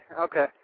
okay